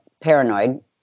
paranoid